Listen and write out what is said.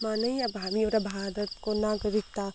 मा नै अब हामी अब भारतको नागरिकता